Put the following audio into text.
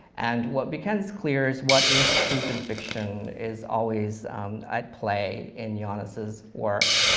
and what becomes clear is what is truth in fiction is always at play in jaanus's work.